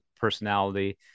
personality